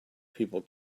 people